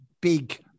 big